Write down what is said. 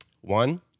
One